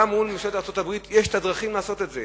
גם מול ארצות-הברית יש דרכים לעשות את זה.